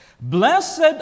blessed